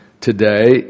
today